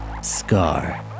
Scar